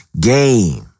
Game